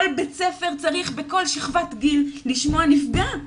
כל בית ספר צריך בכל שכבת גיל לשמוע נפגע/ת.